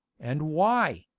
and why?